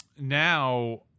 Now